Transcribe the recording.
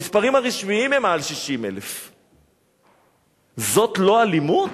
המספרים הרשמיים הם מעל 60,000. זאת לא אלימות?